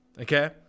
okay